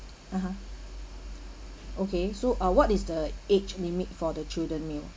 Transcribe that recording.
(uh huh) okay so uh what is the age limit for the children meal